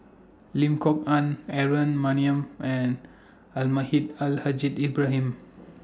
Lim Kok Ann Aaron Maniam and Almahdi Al Haj Ibrahim